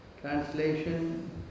Translation